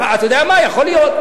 אתה יודע מה, יכול להיות.